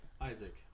Isaac